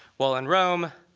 while in rome,